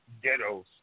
ghettos